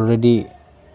already